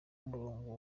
murongo